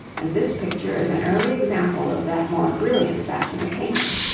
and this picture is an early example of that more brilliant fashion of painting.